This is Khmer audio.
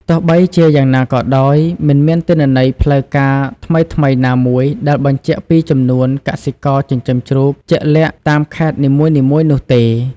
ទោះបីជាយ៉ាងណាក៏ដោយ មិនមានទិន្នន័យផ្លូវការថ្មីៗណាមួយដែលបញ្ជាក់ពីចំនួនកសិករចិញ្ចឹមជ្រូកជាក់លាក់តាមខេត្តនីមួយៗនោះទេ។